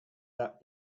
that